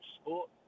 sport